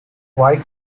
white